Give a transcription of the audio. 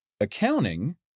accounting